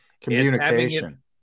communication